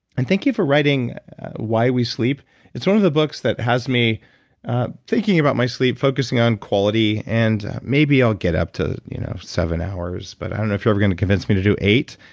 and thank you for writing why we sleep. it's one of the books that has me thinking about my sleep, focusing on quality, and maybe i'll get up to you know seven hours, but i don't know if you're ever going to convince me to do eight.